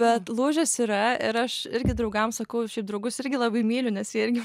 bet lūžis yra ir aš irgi draugam sakau šiaip draugus irgi labai myliu nes jie irgi